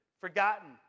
forgotten